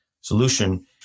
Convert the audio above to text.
solution